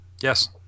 Yes